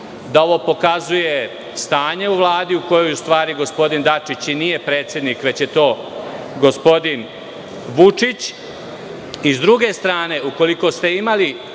da ovo pokazuje stanje u Vladi u kojoj, u stvari, gospodin Dačić i nije predsednik, već je to gospodin Vučić. S druge strane, ukoliko ste imali